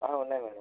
ఉన్నాయి మేడం